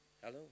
hello